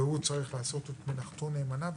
והוא צריך לעשות את מלאכתו נאמנה.